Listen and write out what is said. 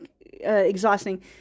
exhausting